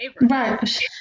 Right